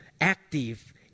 active